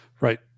Right